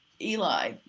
eli